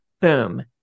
boom